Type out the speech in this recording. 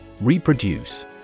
Reproduce